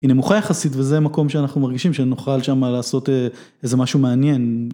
היא נמוכה יחסית וזה מקום שאנחנו מרגישים שנוכל שמה לעשות איזה משהו מעניין.